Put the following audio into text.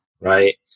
right